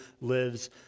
lives